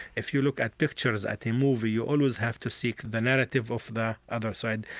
if you look at pictures at the movie, you always have to seek the narrative of the other side.